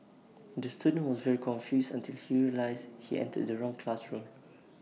the student was very confused until he realised he entered the wrong classroom